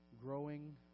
growing